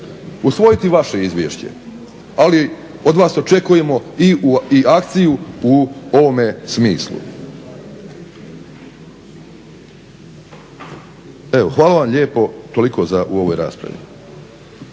usvojiti vaše Izvješće, ali od vas očekujemo i akciju u ovome smislu. Evo hvala vam lijepo. Toliko u ovoj rasparvi.